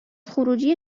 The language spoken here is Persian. خروجی